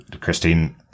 Christine